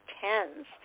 tens